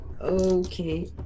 Okay